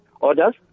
orders